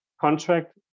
contract